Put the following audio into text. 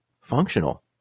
functional